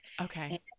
Okay